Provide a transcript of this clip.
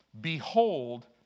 Behold